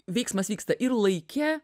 veiksmas vyksta ir laike